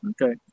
Okay